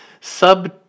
sub